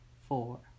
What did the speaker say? four